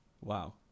Wow